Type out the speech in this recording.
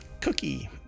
cookie